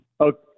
Okay